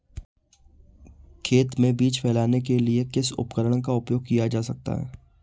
खेत में बीज फैलाने के लिए किस उपकरण का उपयोग किया जा सकता है?